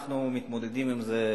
אנחנו מתמודדים עם זה,